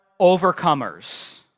overcomers